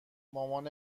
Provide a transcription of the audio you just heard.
مامان